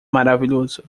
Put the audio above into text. maravilhoso